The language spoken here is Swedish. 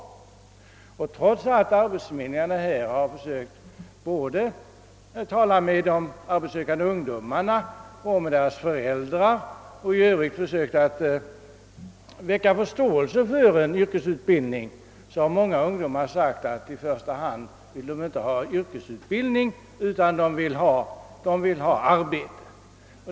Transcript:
Trots att man från arbetsförmedlingarnas sida har försökt att tala med både de arbetssökande ung domarna själva och deras föräldrar samt även i övrigt försökt väcka förståelse för yrkesutbildningen, har många ungdomar sagt att de i första hand inte vill ha yrkesutbildning utan arbete.